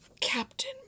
Captain